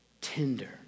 Tender